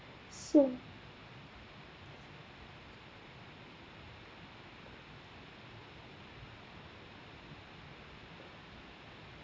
so